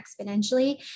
exponentially